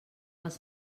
els